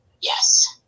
yes